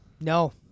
No